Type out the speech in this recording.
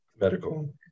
Medical